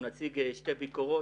נציג שתי ביקורות.